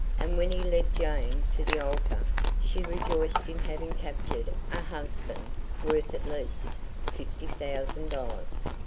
and when he led jane to the altar she rejoiced in having captured a husband worth at least fifty thousand dollars.